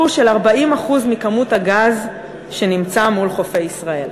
של 40% מכמות הגז שנמצא מול חופי ישראל.